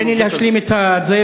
תן לי להשלים את זה,